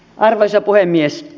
arvoisa puhemies